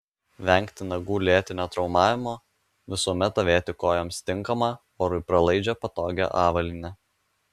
vengti nagų lėtinio traumavimo visuomet avėti kojoms tinkamą orui pralaidžią patogią avalynę